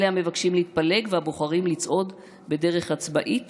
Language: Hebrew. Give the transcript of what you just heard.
אלה המבקשים להתפלג והבוחרים לצעוד בדרך עצמאית